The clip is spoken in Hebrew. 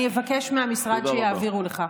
אני אבקש מהמשרד שיעבירו לך.